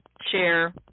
Chair